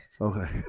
Okay